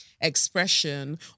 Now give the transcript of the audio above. expression